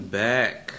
back